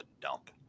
dump